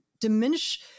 diminish